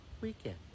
weekend